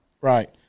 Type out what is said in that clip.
Right